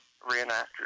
reenactors